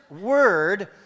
word